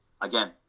again